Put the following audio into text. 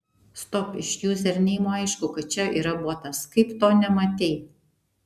stop iš juzerneimo aišku kad čia yra botas kaip to nematei